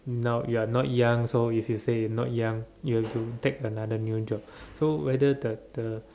now you are not young so if you say you are not young you have to take another new job so whether the the